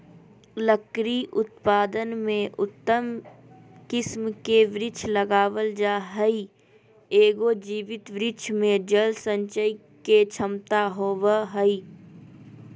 लकड़ी उत्पादन में उत्तम किस्म के वृक्ष लगावल जा हई, एगो जीवित वृक्ष मे जल संचय के क्षमता होवअ हई